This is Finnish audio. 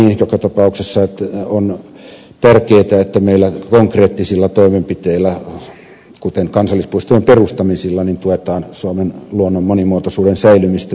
joka tapauksessa on tärkeätä että meillä konkreettisilla toimenpiteillä kuten kansallispuistojen perustamisilla tuetaan suomen luonnon monimuotoisuuden säilymistä